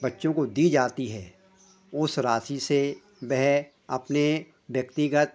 बच्चों को दी जाती है उस राशि से वे अपने व्यक्तिगत